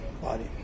body